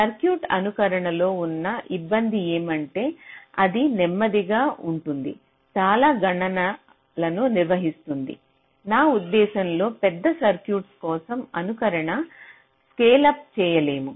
circuit అనుకరణ లో ఉన్న ఇబ్బంది ఏమంటే ఇది నెమ్మదిగా ఉంటుంది చాలా గణన లను నిర్వహిస్తుంది నా ఉద్దేశ్యం లో పెద్ద సర్క్యూట్ల కోసం అనుకరణను స్కేల్ ఆప్ చేయలేము